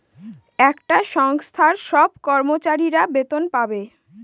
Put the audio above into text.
একটা সংস্থার সব কর্মচারীরা বেতন পাবে